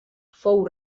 fou